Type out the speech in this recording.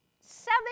seven